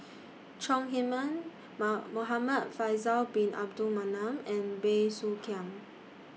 Chong Heman Muhamad Faisal Bin Abdul Manap and Bey Soo Khiang